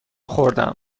خوردم